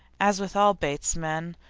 as with all bates men,